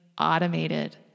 automated